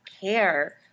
care